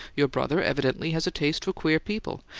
your brother evidently has a taste for queer people,